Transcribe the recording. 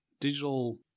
digital